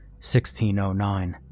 1609